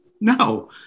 No